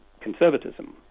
conservatism